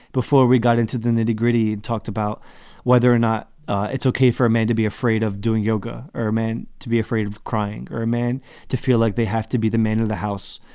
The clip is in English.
before we got into the nitty gritty, talked about whether or not it's ok for a man to be afraid of doing yoga or meant to be afraid of crying, or a man to feel like they have to be the man of the house.